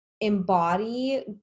embody